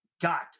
Got